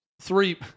Three